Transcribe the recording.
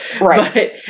right